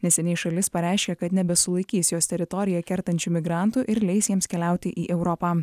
neseniai šalis pareiškė kad nebesulaikys jos teritoriją kertančių migrantų ir leis jiems keliauti į europą